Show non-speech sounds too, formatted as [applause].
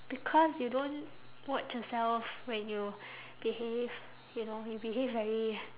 because you don't watch yourself when you [breath] behave you know you behave very